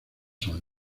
son